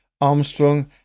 Armstrong